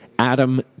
Adam